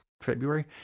February